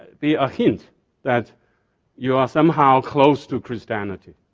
be a hint that you are somehow close to christianity.